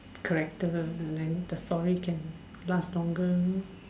character and then the story can last longer